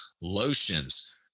lotions